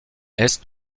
est